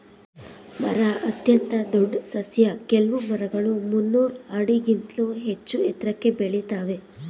ಮರ ಅತ್ಯಂತ ದೊಡ್ ಸಸ್ಯ ಕೆಲ್ವು ಮರಗಳು ಮುನ್ನೂರ್ ಆಡಿಗಿಂತ್ಲೂ ಹೆಚ್ಚೂ ಎತ್ರಕ್ಕೆ ಬೆಳಿತಾವೇ